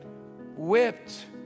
whipped